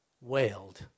wailed